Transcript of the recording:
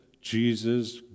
Jesus